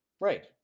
Right